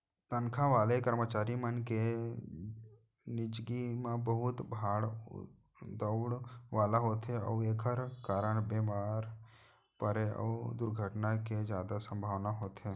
तनखा वाले करमचारी मन के निजगी ह बहुत भाग दउड़ वाला होथे अउ एकर कारन बेमार परे अउ दुरघटना के जादा संभावना होथे